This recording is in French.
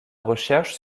recherche